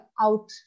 out